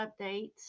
updates